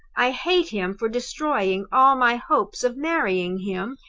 i hate him for destroying all my hopes of marrying him,